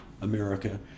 America